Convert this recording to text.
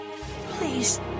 please